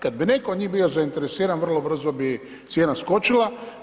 Kad bi netko od njih bio zainteresiran, vrlo brzo bi cijena skočila.